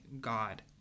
god